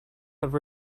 have